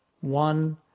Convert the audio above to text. one